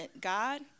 God